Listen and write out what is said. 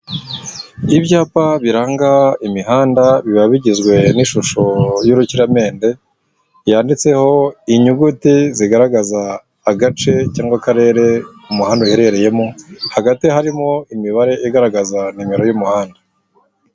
Ibyapa biranga imihanda biba bigizwe n'ishusho y'urukiramende yanditseho inyuguti zigaragaza agace cyangwa akarere umuhanda uherereyemo hagati harimo imibare igaragaza nimero y'umuhanda.